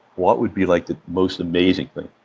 what would be like the most amazing thing?